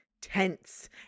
tense